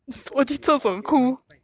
你中文比我好 okay fine fine fine